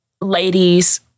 ladies